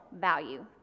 value